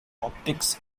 optics